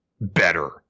better